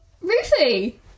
Ruthie